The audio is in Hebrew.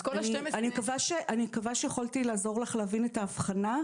אני מקווה שיכולתי לעזור לך להבין את ההבחנה.